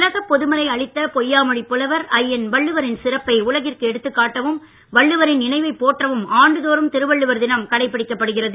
உலகப் பொதுமறை அளித்த பொய்யா மொழிப்புலவர் அய்யன் வள்ளுவரின் சிறப்பை உலகிற்கு எடுத்துக் காட்டவும் வள்ளுவரின் நினைவைப் போற்றவும் ஆண்டு தோறும் திருவள்ளுவர் தினம் கடைபிடிக்கப்படுகிறது